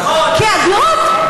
כי הדירות,